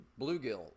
bluegill